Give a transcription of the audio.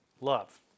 Love